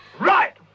Right